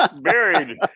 buried